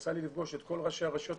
יצא לי לפגוש את כל ראשי הרשויות.